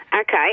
Okay